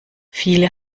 viele